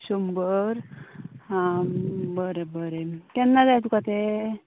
शंबर हा बरें बरें केन्ना जाय तुका ते